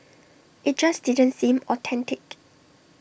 IT just didn't seem authentic